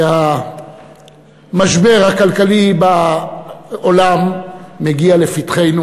שהמשבר הכלכלי בעולם מגיע לפתחנו,